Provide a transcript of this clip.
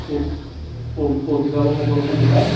অভিভাৱকসকলকো গোটাই